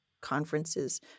conferences